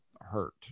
hurt